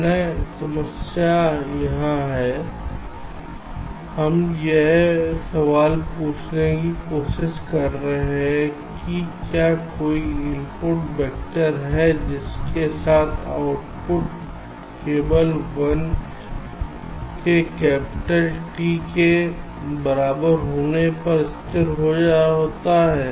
निर्णय समस्या यहाँ है हम यह सवाल पूछने की कोशिश कर रहे हैं कि क्या कोई इनपुट वेक्टर है जिसके लिए आउटपुट केवल t के कैपिटल टी के बराबर होने पर स्थिर होता है